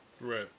right